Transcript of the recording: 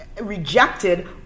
rejected